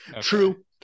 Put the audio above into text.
True